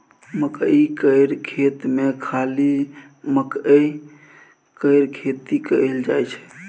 मकई केर खेत मे खाली मकईए केर खेती कएल जाई छै